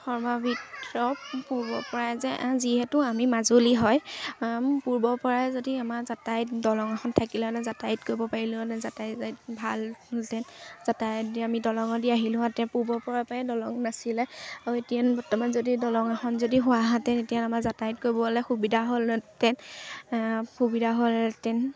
পৰাই যে যিহেতু আমি মাজুলী হয় পূৰ্বৰ পৰাই যদি আমাৰ যাতায়ত দলং এখন থাকিলেহেঁতেন যাতায়ত কৰিব পাৰিলোঁহেতেন যাতায়ত ভাল হ'লহেঁতেন যাতায়ত আমি দলঙত দি আহিলোহেঁতেন পূৰ্বৰ পৰাই দলং নাছিলে আৰু এতিয়া বৰ্তমান যদি দলং এখন যদি হোৱাহেঁতেন এতিয়া আমাৰ যাতায়ত কৰিবলে সুবিধা হ'লহেঁতেন সুবিধা হ'লহেঁতেন